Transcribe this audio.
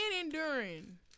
enduring